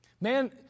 Man